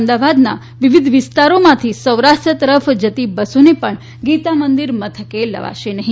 અમદાવાદના વિવિધ વિસ્તારોમાંથી સૌરાષ્ટ્ર તરફ જતી બસોને પણ ગીતામંદિર મથકે લેવાશે નહી